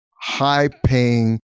high-paying